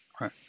Right